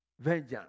Vengeance